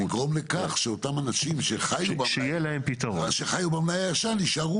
לגרום לכך שאותם אנשים שחיו במלאי הישן יישארו